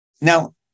Now